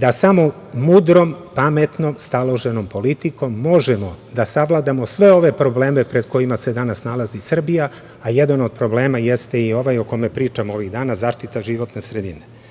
da samo mudrom, pametnom, staloženom politikom možemo da savladamo sve ove probleme pred kojima se danas nalazi Srbija, a jedan od problema jeste i ovaj o kome pričamo ovih dana – zaštita životne sredine. Neće